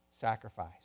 sacrifice